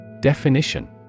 Definition